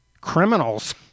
criminals